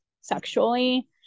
sexually